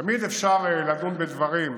תמיד אפשר לדון בדברים.